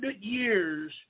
years